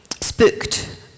spooked